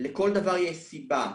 לכל דבר יש סיבה,